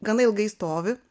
gana ilgai stovi